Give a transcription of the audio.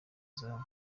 zawe